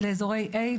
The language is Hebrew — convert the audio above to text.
לאזורי A,